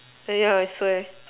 yeah I swear